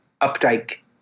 Updike